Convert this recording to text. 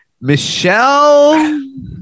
Michelle